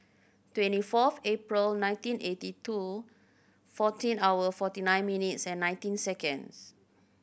twenty fourth April nineteen eighty two fourteen hour forty nine minutes and nineteen seconds